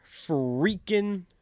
freaking